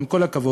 עם כל הכבוד,